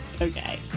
Okay